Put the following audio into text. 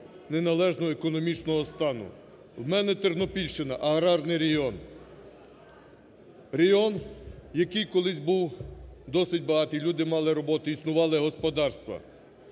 неналежного економічного стану. В мене Тернопільщина, аграрний регіон. Регіон, який колись був досить багатий, люди мали роботу, існували господарства.